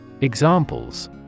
Examples